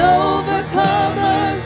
overcomer